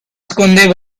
esconden